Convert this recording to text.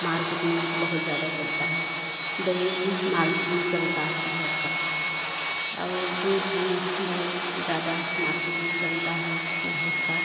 market में बहुत ज्यादा चलता है दही भी मार्केट में चलता है भैंस का और दूध भी बहुत ज़्यादा मार्केट में चलता है भैंस का